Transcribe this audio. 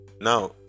Now